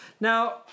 Now